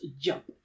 jump